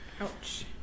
Ouch